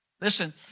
Listen